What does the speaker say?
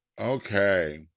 Okay